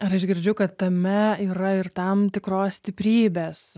ar aš girdžiu kad tame yra ir tam tikros stiprybės